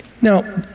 Now